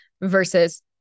versus